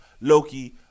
Loki